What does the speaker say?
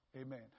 Amen